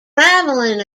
traveling